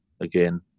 again